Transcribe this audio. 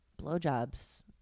blowjobs